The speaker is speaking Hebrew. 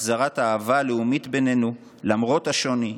החזרת האהבה הלאומית בינינו למרות השוני,